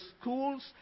school's